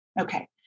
Okay